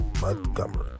Montgomery